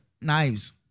knives